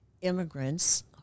immigrants